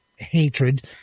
Hatred